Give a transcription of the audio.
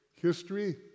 history